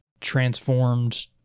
transformed